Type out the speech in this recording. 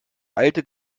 alte